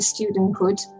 studenthood